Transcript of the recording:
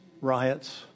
riots